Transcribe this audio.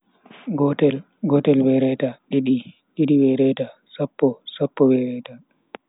Gotel, gotel be reta, didi, didi be reta, sappo, sappo be reta.